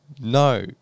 No